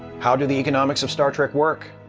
how do the economics of star trek work?